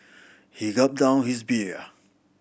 he gulped down his beer